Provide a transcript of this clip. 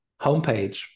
homepage